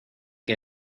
que